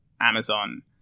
Amazon